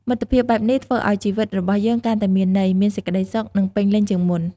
មិត្តភាពបែបនេះធ្វើឲ្យជីវិតរបស់យើងកាន់តែមានន័យ មានសេចក្តីសុខ និងពេញលេញជាងមុន។